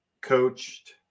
coached